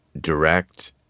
direct